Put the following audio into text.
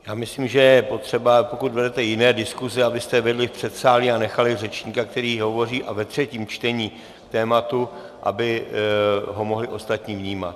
Já myslím, že je potřeba, pokud vedete jiné diskuze, abyste je vedli v předsálí a nechali řečníka, který hovoří ve třetím čtení k tématu, aby ho mohli ostatní vnímat.